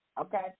Okay